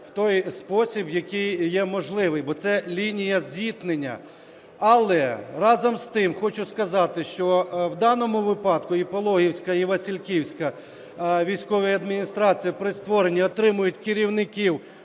в той спосіб, який є можливий, бо це лінія зіткнення. Але, разом із тим, хочу сказати, що в даному випадку і Пологівська, і Василівська військові адміністрації при створенні отримують керівників